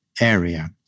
area